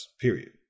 period